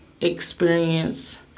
experience